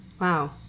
wow